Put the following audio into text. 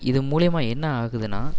இது மூலிமா என்ன ஆகுதுன்னால்